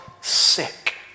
sick